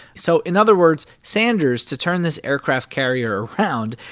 so in other words, sanders, to turn this aircraft carrier around,